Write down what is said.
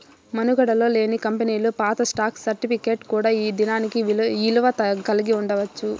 మనుగడలో లేని కంపెనీలు పాత స్టాక్ సర్టిఫికేట్ కూడా ఈ దినానికి ఇలువ కలిగి ఉండచ్చు